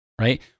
right